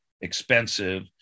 expensive